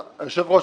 אדוני היושב ראש,